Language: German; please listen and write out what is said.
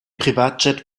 privatjet